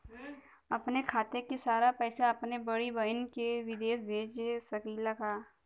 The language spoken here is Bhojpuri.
अपने खाते क सारा पैसा अपने बड़ी बहिन के विदेश भेज सकीला का?